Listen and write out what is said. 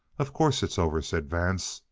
of course it's over, said vance,